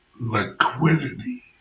liquidity